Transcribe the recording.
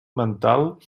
mental